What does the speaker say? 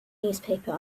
newspaper